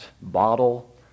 bottle